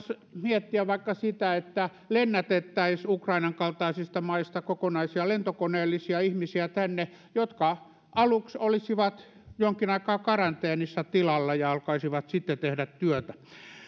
miettiä vaikka sitä että lennätettäisiin tänne ukrainan kaltaisista maista kokonaisia lentokoneellisia ihmisiä jotka aluksi olisivat jonkin aikaa karanteenissa tilalla ja alkaisivat sitten tehdä työtä